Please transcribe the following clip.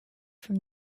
from